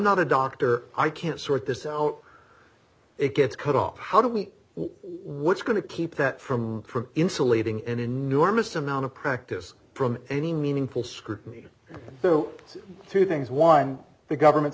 doctor i can't sort this out it gets cut off how do we what's going to keep that from insulating an enormous amount of practice from any meaningful scrutiny so it's two things one the government's